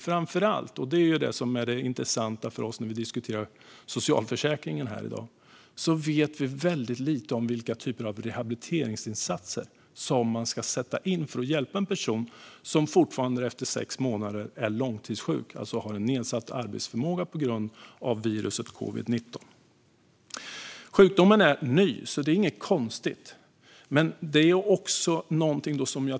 Framför allt, och det är detta som är intressant för oss när vi diskuterar socialförsäkringen, vet vi väldigt lite om vilka typer av rehabiliteringsinsatser som ska sättas in för att hjälpa en person som efter sex månader fortfarande är långtidssjuk och har nedsatt arbetsförmåga på grund av covid-19. Sjukdomen är ny, så detta är inget konstigt.